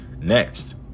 next